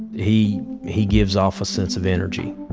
he he gives off a sense of energy,